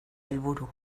helburu